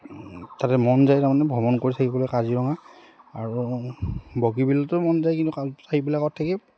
তাতে মন যায় তাৰমানে ভ্ৰমণ কৰি থাকিবলৈ কাজিৰঙা আৰু বগীবিলতো মন যায় কিন্তু কা সেইবিলাকত থাকি